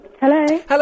Hello